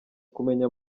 kumenya